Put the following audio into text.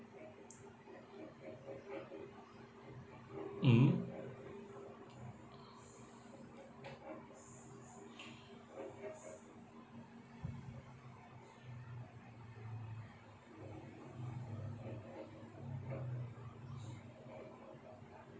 mm